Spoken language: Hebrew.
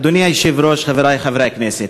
אדוני היושב-ראש, חברי חברי הכנסת,